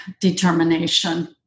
determination